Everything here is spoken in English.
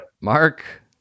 Mark